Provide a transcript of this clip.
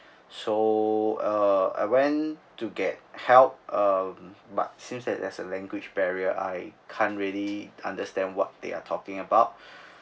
so uh I went to get help uh but seems that there's a language barrier I can't really understand what they are talking about